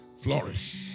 flourish